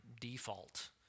default